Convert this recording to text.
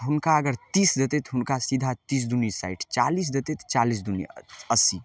तऽ हुनका अगर तीस देतय तऽ हुनका सीधा तीस दूनी साठि चालीस देतय तऽ चालिस दूनी अस्सी